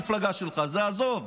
לא חבר מפלגה שלך, את זה עזוב,